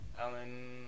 Alan